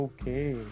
Okay